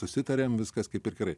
susitarėm viskas kaip ir gerai